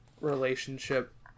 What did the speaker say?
relationship